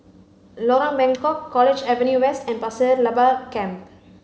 Lorong Bengkok College Avenue West and Pasir Laba Camp